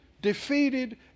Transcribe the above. defeated